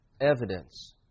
evidence